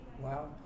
Wow